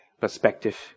perspective